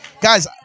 Guys